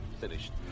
finished